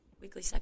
weekly